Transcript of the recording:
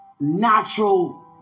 Natural